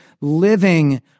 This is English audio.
living